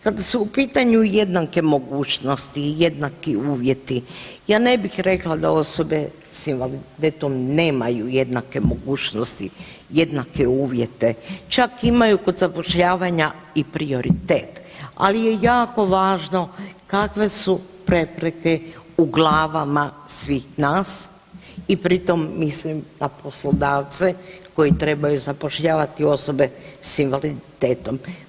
Kada su u pitanju jednake i mogućnosti i jednaki uvjeti ja ne bih rekla da osobe s invaliditetom nemaju jednake mogućnosti, jednake uvjete čak imaju kod zapošljavanja i prioritet, ali je jako važno kakve su prepreke u glavama svih nas i pri tom mislim na poslodavce koji trebaju zapošljavati osobe s invaliditetom.